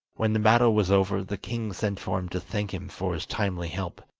when the battle was over, the king sent for him to thank him for his timely help,